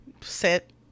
sit